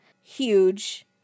huge